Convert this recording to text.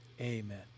Amen